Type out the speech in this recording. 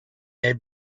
their